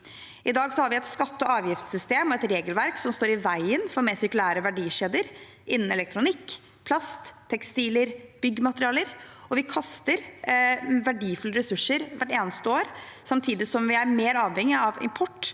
I dag har vi et skatte- og avgiftssystem og et regelverk som står i veien for mer sirkulære verdikjeder innen elektronikk, plast, tekstiler og byggematerialer, og vi kaster verdifulle ressurser hvert eneste år, samtidig som vi er mer avhengig av import